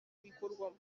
bikorwamo